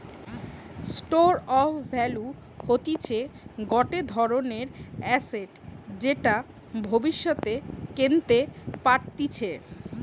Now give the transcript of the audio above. store of value হতিছে গটে ধরণের এসেট যেটা ভব্যিষতে কেনতে পারতিছে